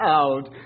out